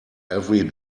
every